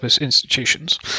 institutions